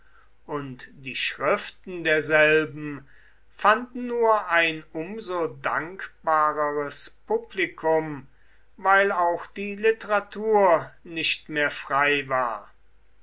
und die schriften derselben fanden nur ein um so dankbareres publikum weil auch die literatur nicht mehr frei war